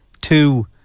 two